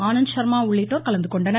ஆனந்த் சர்மா உள்ளிட்டோர் கலந்து கொண்டனர்